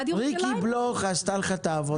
ריקי בליך עשתה לך את העבודה.